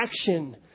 action